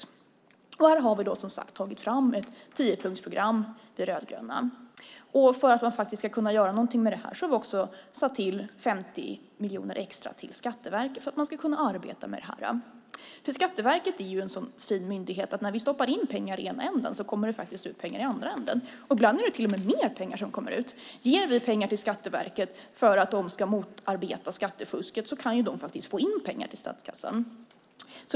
Vi rödgröna har, som sagt, tagit fram ett tiopunktsprogram. Vi har lagt till 50 miljoner extra till Skatteverket för att man ska kunna arbeta med det. Skatteverket är en så fin myndighet. När vi stoppar in pengar i den ena ändan kommer det ut pengar i den andra ändan. Ibland är det till och med mer pengar som kommer ut. Ger vi pengar till Skatteverket för att de ska motarbeta skattefusket kan de få in pengar till statskassan.